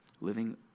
living